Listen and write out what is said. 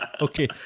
Okay